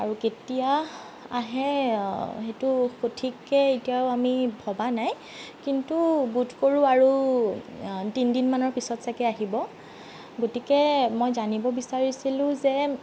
আৰু কেতিয়া আহে সেইটো সঠিককৈ এতিয়াও আমি ভবা নাই কিন্তু বোধকৰো আৰু তিনিদিনৰমানৰ পিছত চাগৈ আহিব গতিকে মই জানিব বিচাৰিছিলো যে